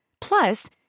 Plus